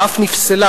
שאף נפסלה,